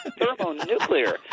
thermonuclear